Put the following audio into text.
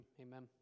amen